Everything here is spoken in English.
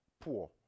poor